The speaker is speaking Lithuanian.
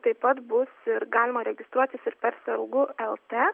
taip pat bus ir galima registruotis ir per sergu lt